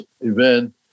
event